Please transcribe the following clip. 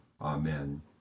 Amen